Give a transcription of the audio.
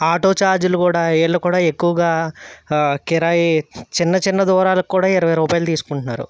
auto ఛార్జీలు కూడా వీళ్ళు కూడా ఎక్కువగా కిరాయి చిన్న చిన్న దూరాలకు కూడా ఇరవై రూపాయలు తీసుకుంటున్నారు